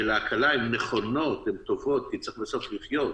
של ההקלה, טובות ונכונות, כי צריך בסוף לחיות,